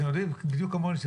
אתם יודעים בדיוק כמוני,